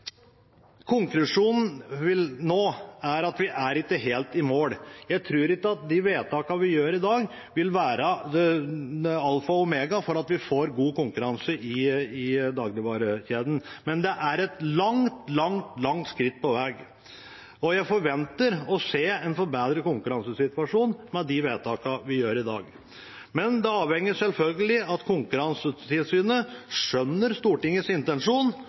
nå er at vi ikke er helt i mål. Jeg tror ikke de vedtakene vi fatter i dag, vil være alfa og omega for at vi får god konkurranse i dagligvarekjedene, men det er et langt, langt skritt på veien. Jeg forventer å se en forbedret konkurransesituasjon med de vedtakene vi fatter i dag. Det avhenger selvfølgelig av at Konkurransetilsynet skjønner Stortingets intensjon